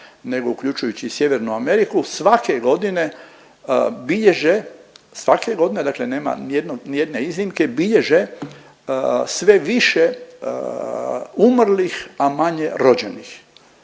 nego uključujući i Sjevernu Ameriku svake godine bilježe, svake godine dakle nema ni jedne izmjene bilježe sve više umrlih, a manje rođenih.